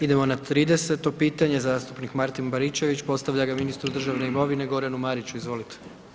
Idemo na 30 pitanje, zastupnik Martin Baričević postavlja ga ministru državne imovine Goranu Mariću, izvolite.